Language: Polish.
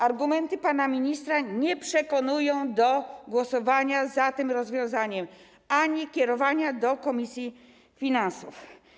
Argumenty pana ministra nie przekonują do głosowania za tym rozwiązaniem ani do skierowania tego do komisji finansów.